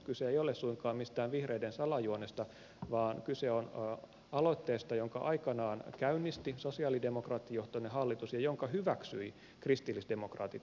kyse ei ole suinkaan mistään vihreiden salajuonesta vaan kyse on aloitteesta jonka aikanaan käynnisti sosialidemokraattijohtoinen hallitus ja jonka hyväksyi kristillisdemokraattijohtoinen hallitus